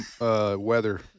weather